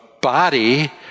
body